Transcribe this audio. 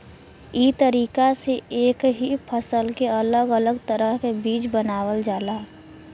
ई तरीका से एक ही फसल के अलग अलग तरह के बीज बनावल जाला